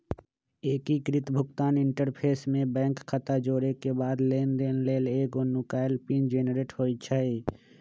एकीकृत भुगतान इंटरफ़ेस में बैंक खता जोरेके बाद लेनदेन लेल एगो नुकाएल पिन जनरेट होइ छइ